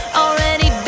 already